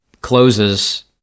closes